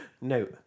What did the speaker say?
No